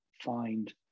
find